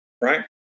right